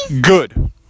Good